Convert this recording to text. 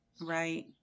right